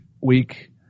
week